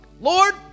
Lord